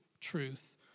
truth